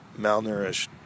malnourished